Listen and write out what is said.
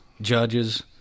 judges